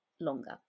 longer